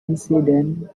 incident